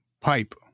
pipe